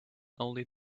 only